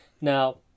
Now